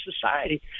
society